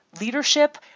leadership